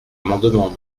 amendement